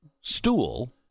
stool